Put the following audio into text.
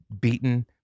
beaten